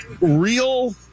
real